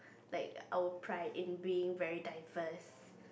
like our pride in being very diverse